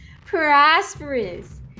prosperous